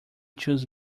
choose